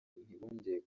ntibongeye